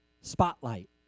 spotlight